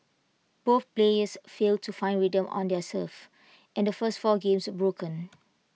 both players failed to find rhythm on their serve and the first four games were broken